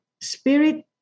spirit